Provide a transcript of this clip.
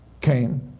came